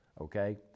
okay